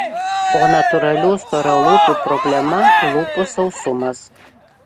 o natūralių storalūpių problema lūpų sausumas